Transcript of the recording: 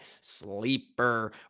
Sleeper